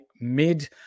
mid